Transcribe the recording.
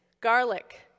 garlic